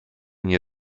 nie